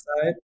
side